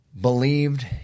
believed